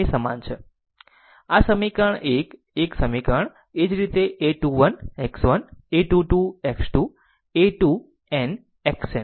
આ સમીકરણ 1 એક સમીકરણ તેવી જ રીતે a 21 x 1 a 2 2 x 2 a 2n xn આ a b 2 છે